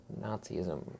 Nazism